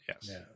yes